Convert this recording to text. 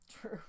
True